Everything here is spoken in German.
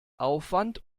aufwand